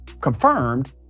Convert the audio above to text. confirmed